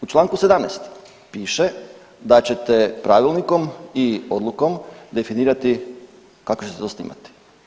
U čl. 17 piše da ćete pravilnikom i odlukom definirati kako će se to snimati.